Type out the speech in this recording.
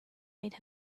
made